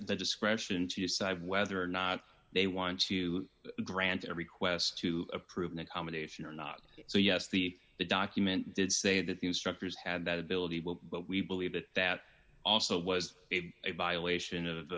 the discretion to decide whether or not they want to grant a request to approve an accommodation or not so yes the document did say that the instructors had that ability well but we believe that that also was a violation of